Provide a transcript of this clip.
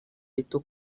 rito